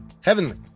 Heavenly